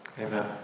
Amen